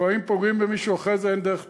לפעמים פוגעים במישהו, ואחרי זה אין דרך לתקן,